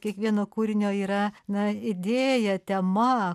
kiekvieno kūrinio yra na idėja tema